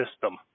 System